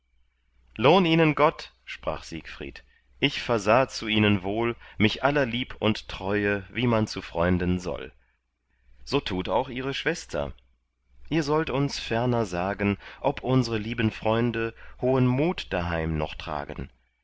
lohn ihnen gott sprach siegfried ich versah zu ihnen wohl mich aller lieb und treue wie man zu freunden soll so tut auch ihre schwester ihr sollt uns ferner sagen ob unsre lieben freunde hohen mut daheim noch tragen